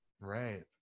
Right